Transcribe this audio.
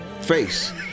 face